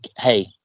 hey